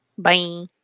Bye